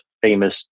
famous